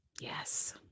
Yes